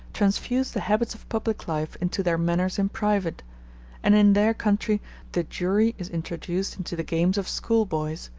transfuse the habits of public life into their manners in private and in their country the jury is introduced into the games of schoolboys,